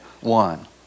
one